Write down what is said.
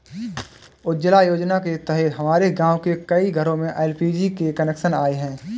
उज्ज्वला योजना के तहत हमारे गाँव के कई घरों में एल.पी.जी के कनेक्शन आए हैं